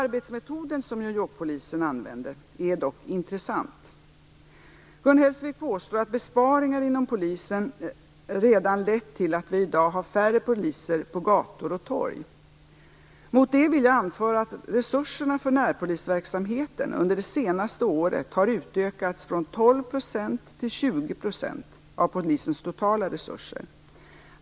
Arbetsmetoden som New York-polisen använde är dock intressant. Gun Hellsvik påstår att besparingar inom polisen redan lett till att vi i dag har färre poliser på gator och torg. Mot det vill jag anföra att resurserna för närpolisverksamheten under det senaste året har utökats från 12 % till 20 % av polisens totala resurser.